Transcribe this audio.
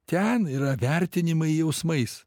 ten yra vertinimai jausmais